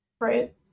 Right